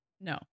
No